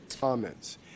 comments